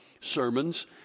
sermons